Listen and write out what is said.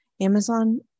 Amazon